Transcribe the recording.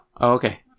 okay